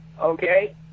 okay